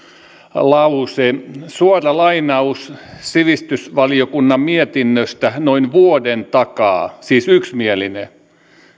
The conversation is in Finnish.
lause suora lainaus sivistysvaliokunnan mietinnöstä noin vuoden takaa siis yksimielinen